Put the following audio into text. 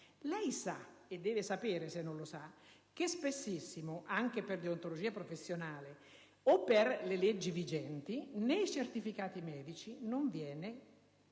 Lei sa - e deve sapere, se non lo sa - che spessissimo, anche per deontologia professionale o per le leggi vigenti, nei certificati medici non viene